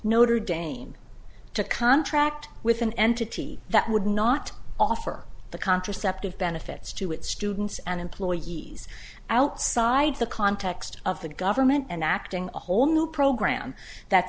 notre dame to contract with an entity that would not offer the contraceptive benefits to its students and employees outside the context of the government and acting a whole new program that